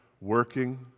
working